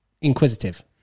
inquisitive